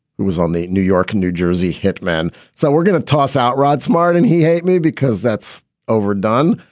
who was on the new york new jersey hitmen. so we're going to toss out rod smart. and he hate me because that's overdone.